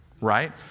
right